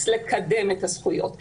לקדם את הזכויות ברפרנס.